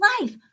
life